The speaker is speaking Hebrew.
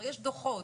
יש דוחות,